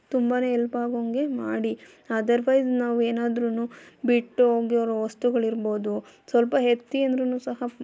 ತುಂಬನೇ ಹೆಲ್ಪ್ ಹಾಗೋ ಹಂಗೆ ಮಾಡಿ ಅದರ್ವೈಸ್ ನಾವು ಏನಾದ್ರೂ ಬಿಟ್ಟು ಹೋಗಿರೊ ವಸ್ತುಗಳು ಇರ್ಬೋದು ಸ್ವಲ್ಪ ಎತ್ತಿ ಅಂದ್ರೂ ಸಹ